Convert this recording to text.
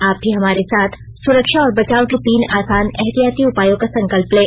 आप भी हमारे साथ सुरक्षा और बचाव के तीन आसान एहतियाती उपायों का संकल्प लें